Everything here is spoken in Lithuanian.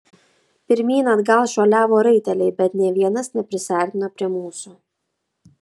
pirmyn atgal šuoliavo raiteliai bet nė vienas neprisiartino prie mūsų